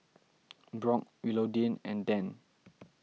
Brock Willodean and Dann